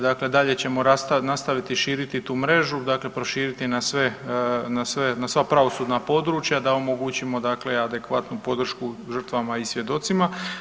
Dakle, dalje ćemo nastaviti širiti tu mrežu dakle proširiti na sva pravosudna područja da omogućimo, dakle adekvatnu podršku žrtvama i svjedocima.